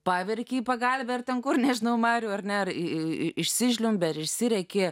paverkei pagalvę ar ten kur nežinau marių ar ne į išsižliumbi bet išsirėki